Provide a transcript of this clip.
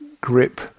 grip